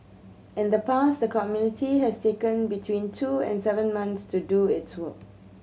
in the past the community has taken between two and seven months to do its work